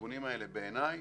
התיקונים האלה בעיניי,